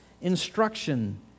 instruction